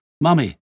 Mummy